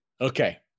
Okay